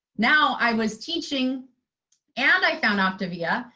now, i was teaching and i found optavia.